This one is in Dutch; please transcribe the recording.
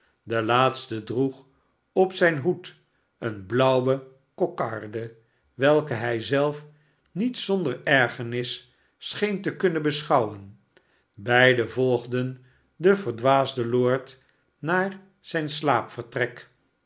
de laatste droegop zijn hoed eene blauwe kokarde welke hij zelfnietzonder ergernis scheen te kunnen beschouwen beiden volgden den verdwaasden lord naar zijn